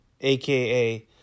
AKA